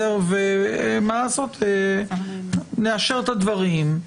נאשר את הדברים,